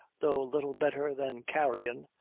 though little better than carrion,